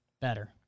Better